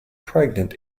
pregnant